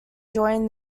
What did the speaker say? join